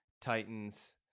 Titans